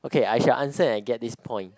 okay I shall answer and get this point